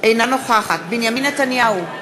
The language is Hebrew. - אינה נוכחת בנימין נתניהו,